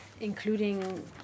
including